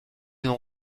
ont